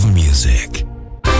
music